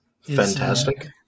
Fantastic